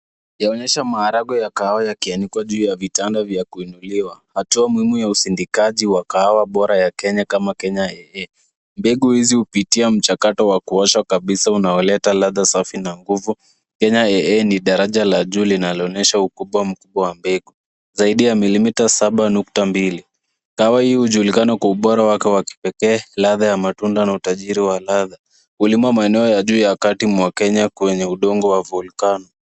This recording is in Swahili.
Hii ni maonesho ya maharagwe ya kahawa ya Kenya yaliyowekwa juu ya vitanda vya kuinuliwa. Hatua hii ni muhimu katika usindikaji wa kahawa bora ya Kenya kama Kenya AA. Maharagwe haya hupitia mchakato wa kukaushwa kabisa, unaosaidia kudumisha ladha safi na yenye harufu nzuri. Kenya AA ni daraja la juu linaloonyesha ukubwa na ubora wa maharagwe. Yakiwa na zaidi ya mm 7.2, kahawa hii inajulikana kwa ubora wake wa kipekee, ladha ya matunda na utajiri wa ladha. Inalimwa katika maeneo ya juu ya kati mwa Kenya, kwenye udongo wenye rutuba wa volkano.